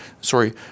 sorry